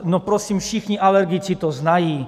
No prosím, všichni alergici to znají.